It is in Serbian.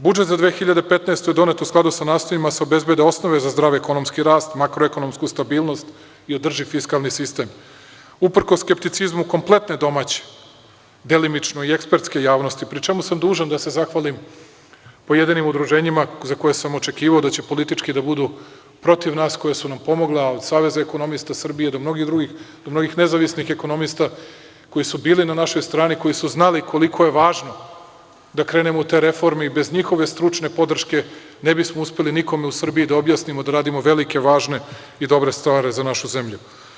Budžet za 2015. godinu je donet u skladu sa nastojanjima da se obezbede osnove za zdrav ekonomski rast, makroekonomsku stabilnost i održiv fiskalni sistem, uprkos skepticizmu kompletne domaće, delimično i ekspertske javnosti, pri čemu sam dužan da se zahvalim pojedinim udruženjima za koja sam očekivao da će politički da budu protiv nas koja su nam pomogla, a od Saveza ekonomista Srbije i do mnogih drugih, do mnogih nezavisnih ekonomista koji su bili na našoj strani, koji su znali koliko je važno da krenemo u te reforme i bez njihove stručne podrške ne bismo uspeli nikome u Srbiji da objasnimo da radimo velike, važne i dobre stvari za našu zemlju.